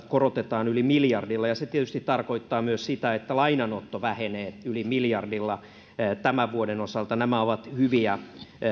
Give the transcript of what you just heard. korotetaan yli miljardilla ja se tietysti tarkoittaa myös sitä että lainanotto vähenee yli miljardilla tämän vuoden osalta nämä ovat hyviä